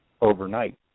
overnight